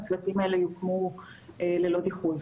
שהצוותים הללו יוקמו ללא דיחוי,